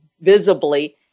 visibly